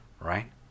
Right